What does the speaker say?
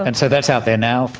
and so that's out there now for